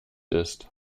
ist